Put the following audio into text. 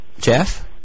Jeff